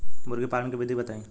मुर्गीपालन के विधी बताई?